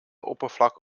oppervlak